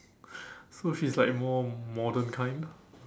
so she's like more modern kind